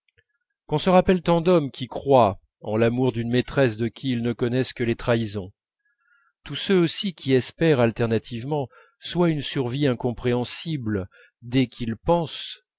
qu'on se rappelle tant d'hommes qui croient en l'amour d'une maîtresse de qui ils ne connaissent que les trahisons tous ceux aussi qui espèrent alternativement soit une survie incompréhensible dès qu'ils pensent